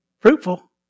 Fruitful